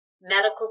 medical